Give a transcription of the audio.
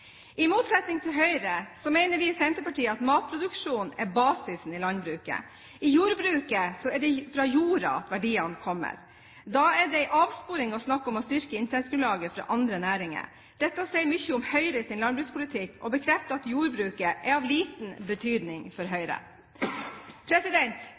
er basisen i landbruket. I jordbruket er det fra jorda verdiene kommer. Da er det en avsporing å snakke om å styrke inntektsgrunnlaget fra andre næringer. Dette sier mye om Høyres landbrukspolitikk og bekrefter at jordbruket er av liten betydning for